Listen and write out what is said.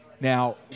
Now